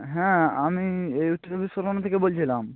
হ্যাঁ আমি এই উত্তর চব্বিশ পরগনা থেকে বলছিলাম